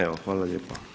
Evo, hvala lijepo.